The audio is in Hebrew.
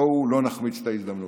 בואו לא נחמיץ את ההזדמנות.